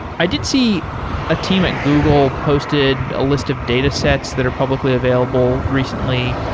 i did see a team at google posted a list of datasets that are publicly available recently.